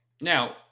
Now